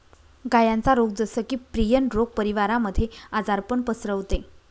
गायांचा रोग जस की, प्रियन रोग परिवारामध्ये आजारपण पसरवते